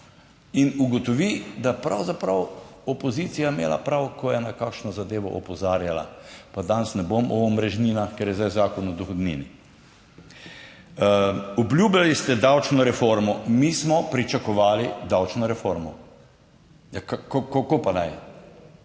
in ugotovi, da pravzaprav opozicija je imela prav, ko je na kakšno zadevo opozarjala. Pa danes ne bom o omrežninah, ker je zdaj Zakon o dohodnini. Obljubljali ste davčno reformo, mi smo pričakovali davčno reformo - ja kako pa naj?